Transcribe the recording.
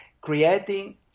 creating